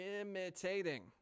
imitating